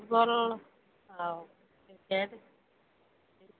football ଆଉ